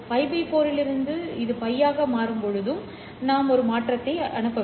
5π 4 இலிருந்து இந்த மாற்றம் ஒரு π மாற்றத்தைக் குறிக்கிறது